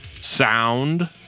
sound